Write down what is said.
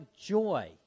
joy